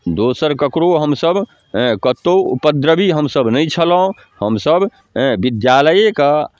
दोसर ककरो हमसभ हेँ कतहु उपद्रवी हमसभ नहि छलहुँ हमसभ हेँ विद्यालएके